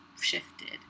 shifted